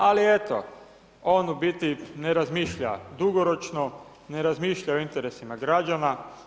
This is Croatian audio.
Ali eto, on u biti ne razmišlja dugoročno, ne razmišlja o interesima građana.